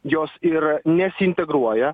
jos ir nesiintegruoja